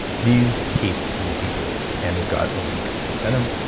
these taste really good and they've got only good stuff in them.